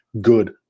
good